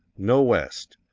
no west,